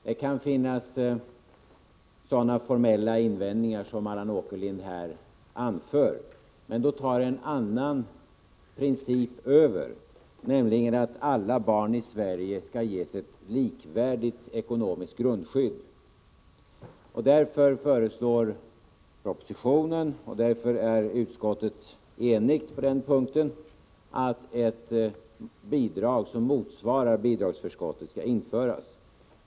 Det kan finnas sådana formella invändningar som Allan Åkerlind här anför, men då tar en annan princip över, nämligen den att alla barn i Sverige skall ges ett likvärdigt ekonomiskt grundskydd. Därför föreslås det i propositionen, och därför är utskottet enigt på den punkten, att ett bidrag som motsvarar bidragsförskottet skall införas.